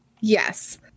Yes